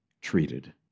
treated